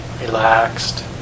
relaxed